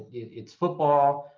it's football.